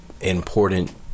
important